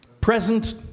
present